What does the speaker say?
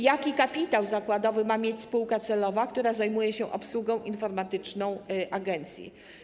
Jaki kapitał zakładowy ma mieć spółka celowa, która zajmuje się obsługą informatyczną agencji?